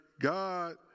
God